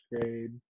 grade